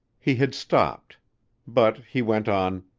he had stopped but he went on.